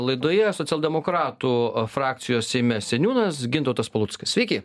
laidoje socialdemokratų frakcijos seime seniūnas gintautas paluckas sveiki